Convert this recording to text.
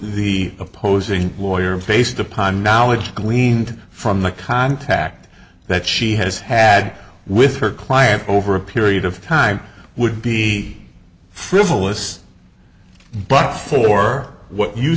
the opposing lawyer based upon knowledge gleaned from the contact that she has had with her client over a period of time would be frivolous but for what you